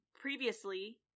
previously